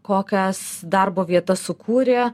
kokias darbo vietas sukūrė